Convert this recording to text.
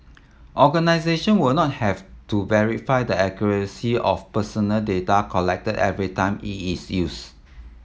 organisation will not have to verify the accuracy of personal data collected every time it is used